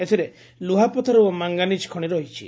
ଏଥିରେ ଲୁହାପଥର ଓ ମାଙ୍ଗାନିକ ଖଣି ରହିଛି